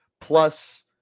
Plus